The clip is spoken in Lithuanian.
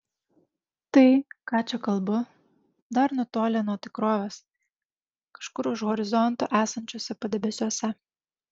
tai ką čia kalbu dar nutolę nuo tikrovės kažkur už horizonto esančiuose padebesiuose